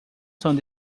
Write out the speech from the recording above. son